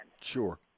Sure